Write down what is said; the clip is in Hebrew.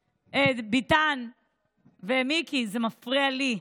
ביטן ומיקי, זה מפריע לי.